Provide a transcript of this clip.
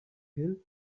hill